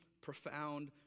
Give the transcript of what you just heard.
profound